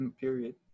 Period